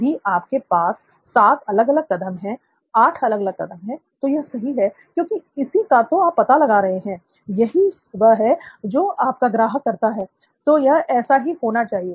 यदि आपके पास सात अलग अलग कदम है आठ अलग अलग कदम है तो यह सही है क्योंकि इसी का तो आप पता लगा रहे हैं यही वह है जो आपका ग्राहक करता है तो यह ऐसे ही होना चाहिए